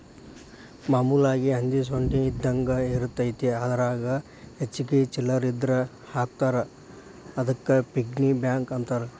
ಮಾಮೂಲಾಗಿ ಹಂದಿ ಸೊಂಡಿ ಇದ್ದಂಗ ಇರತೈತಿ ಅದರಾಗ ಹೆಚ್ಚಿಗಿ ಚಿಲ್ಲರ್ ಇದ್ರ ಹಾಕ್ತಾರಾ ಅದಕ್ಕ ಪಿಗ್ಗಿ ಬ್ಯಾಂಕ್ ಅಂತಾರ